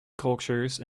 cultures